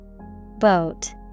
Boat